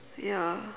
ya